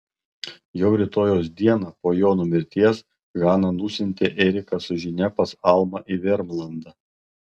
jau rytojaus dieną po jono mirties hana nusiuntė eriką su žinia pas almą į vermlandą